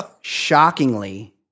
shockingly